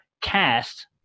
cast